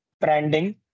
branding